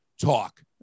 talk